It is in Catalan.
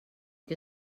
que